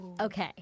Okay